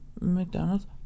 McDonald's